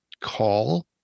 call